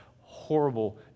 horrible